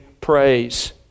praise